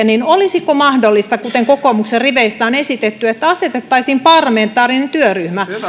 niin olisiko mahdollista kuten kokoomuksen riveistä on esitetty että asetettaisiin parlamentaarinen työryhmä